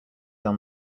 down